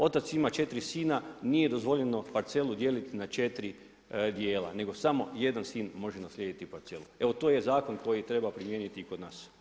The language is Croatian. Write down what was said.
Otac ima 4 sina, nije dozvoljeno parcelu dijeliti na 4 djela nego samo jedan sin može naslijediti parcelu, evo to je zakon koji treba primijeniti i kod nas.